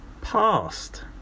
past